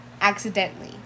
accidentally